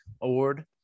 award